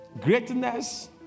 Greatness